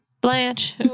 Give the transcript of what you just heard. Blanche